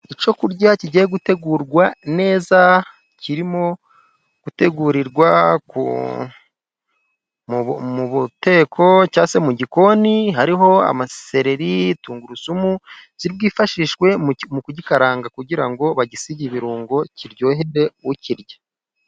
Icyo kurya kigiye gutegurwa neza kirimo gutegurirwa ku, mu buteko cyangwa se mu gikoni hariho amasereri, tungurusumu ziri bwifashishwa kugikaranga kugira ngo bagisige ibirungo kiryohere ukirya.